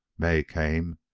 may came,